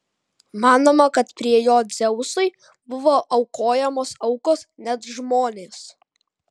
manoma kad prie jo dzeusui buvo aukojamos aukos net žmonės